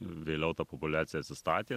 vėliau ta populiacija atsistatė